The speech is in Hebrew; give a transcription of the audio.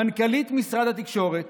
מנכ"לית משרד התקשורת,